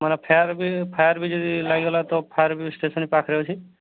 ମାନେ ଫାୟାର୍ ବି ଫାୟାର୍ ବି ଯଦି ଲାଗିଗଲା ତ ଫାୟାର୍ ବି ଷ୍ଟେସନ୍ ପାଖରେ ଅଛି